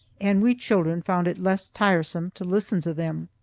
and we children found it less tiresome to listen to them.